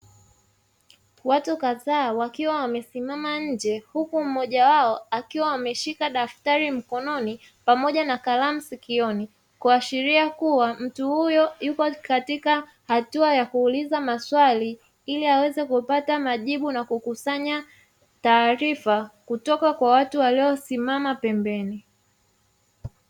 Watu kadhaa wakiwa wamesimama nje huku mmoja wao akiwa ameshika daftari mkononi pamoja na kalamu sikioni, kuashiria kuwa mtu huyo yuko katika hatua ya kuuliza maswali, ili aweze kupata majibu na kukusanya taarifa kutoka kwa watu waliosimama pembeni.